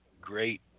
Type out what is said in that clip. Great